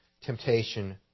temptation